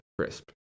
Crisp